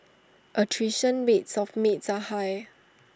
attrition rates of maids are high